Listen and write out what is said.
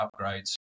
upgrades